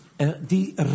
Die